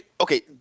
okay